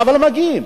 אבל מגיעים.